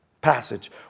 passage